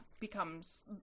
becomes